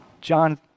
John